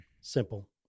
Simple